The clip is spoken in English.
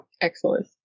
Excellent